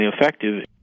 effective